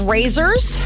Razors